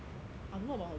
I don't know about her grades